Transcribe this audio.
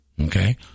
okay